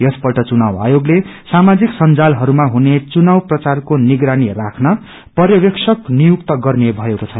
यसपल्ट चुनाव आयोगले सामाजिक संजानलहरूमा हुने चुनाव प्रचारको निगरानी राख्न पर्यवेक्षक नियुक्त गर्ने भएको छ